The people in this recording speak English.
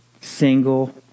single